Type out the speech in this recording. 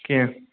کینہہ